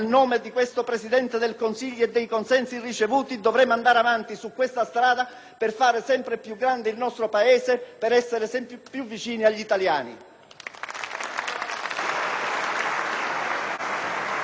per fare sempre più grande il nostro Paese e per essere sempre più vicini agli italiani.